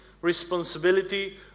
responsibility